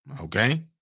Okay